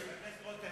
חבר הכנסת רותם,